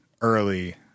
early